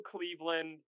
Cleveland